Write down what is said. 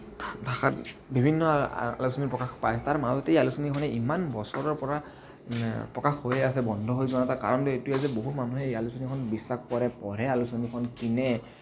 ভাষাত বিভিন্ন আলোচনী প্ৰকাশ পায় তাৰ মাজতে এই আলোচনীখনে ইমান বছৰৰ পৰা প্ৰকাশ হৈ আছে বন্ধ হৈ যোৱা নাই তাৰ কাৰণটো এইটোৱে যে বহুত মানুহে এই আলোচনীখন বিশ্বাস কৰে পঢ়ে আলোচনীখন কিনে